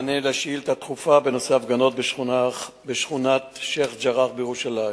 מענה על שאילתא דחופה בנושא הפגנות בשכונת שיח'-ג'ראח בירושלים.